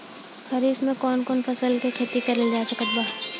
खरीफ मे कौन कौन फसल के खेती करल जा सकत बा?